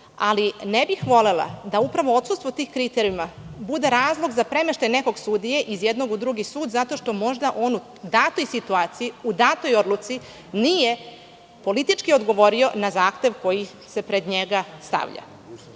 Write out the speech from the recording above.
Ali ne bih volela da odsustvo tih kriterijuma bude razlog za premeštaj nekog sudije iz jednog u drugi sud zato što možda on u datoj situaciji u datoj odluci nije politički odgovorio na zahtev koji se pred njega stavlja. Sa